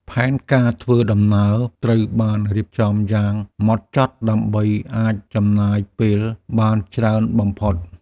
ផែនការធ្វើដំណើរត្រូវបានរៀបចំយ៉ាងហ្មត់ចត់ដើម្បីអាចចំណាយពេលបានច្រើនបំផុត។